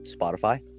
Spotify